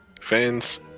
fans